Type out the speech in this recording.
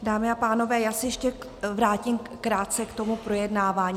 Dámy a pánové, já se ještě vrátím krátce k tomu projednávání.